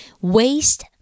waste